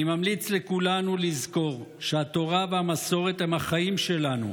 אני ממליץ לכולנו לזכור שהתורה והמסורת הם החיים שלנו,